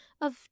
of